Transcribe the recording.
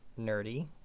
nerdy